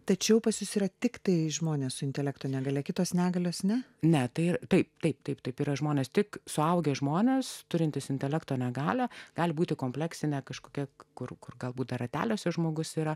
tačiau pas jus yra tiktai žmonės su intelekto negalia kitos negalios ne ne taip tai taip taip taip yra žmonės tik suaugę žmonės turintys intelekto negalią gali būti kompleksinę kažkokia kur kur galbūt rateliuose žmogus yra